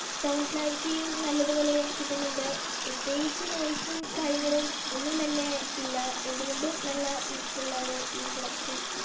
sound ക്ലാരിറ്റിയും നല്ലതുപോലെ കിട്ടുന്നുണ്ട് പ്രത്യേകിച്ച് നോയ്സും കാര്യങ്ങളും ഒന്നും തന്നെ ഇല്ല എന്തുകൊണ്ടും നല്ല യൂസ്ഫുള്ളാണ് ഈ പ്രോഡക്ട് എനിക്ക്